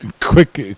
Quick